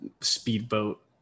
speedboat